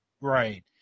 Right